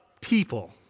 people